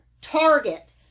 Target